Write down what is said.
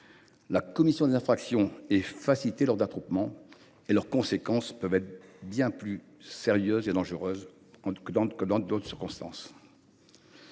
la commission des infractions est facilitée lors d’attroupements et leurs conséquences peuvent être bien plus sérieuses qu’en d’autres occasions.